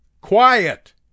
Quiet